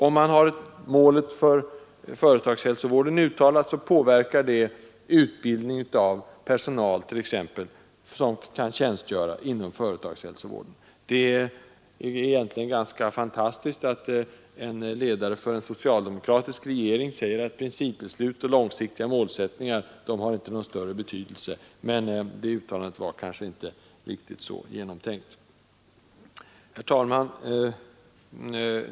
Ett uttalat mål för företagshälsovården påverkar t.ex. utbildningen av personal som kan tjänstgöra inom den. Det är egentligen ganska fantastiskt att just en socialdemokratisk ledare säger att principbeslut och långsiktiga målsättningar inte har någon större betydelse, men uttalandet var kanske inte så genomtänkt. Herr talman!